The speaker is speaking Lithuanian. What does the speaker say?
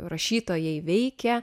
rašytojai veikia